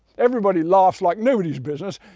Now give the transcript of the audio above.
everybody laughs like nobody's business,